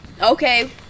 okay